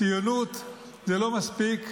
ציונות זה לא מספיק,